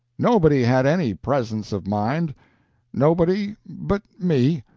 nobody had any presence of mind nobody but me.